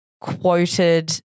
quoted